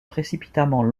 précipitamment